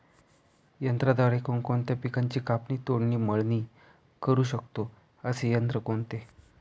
यंत्राद्वारे कोणकोणत्या पिकांची कापणी, तोडणी, मळणी करु शकतो, असे यंत्र कोणते?